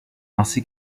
ainsi